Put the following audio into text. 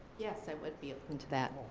yes, i would be open to that.